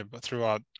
throughout